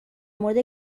مورد